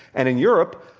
and in europe,